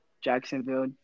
Jacksonville